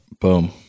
boom